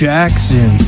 Jackson